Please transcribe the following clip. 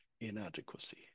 inadequacy